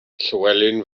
llywelyn